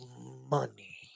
money